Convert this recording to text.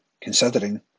considering